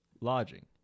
lodging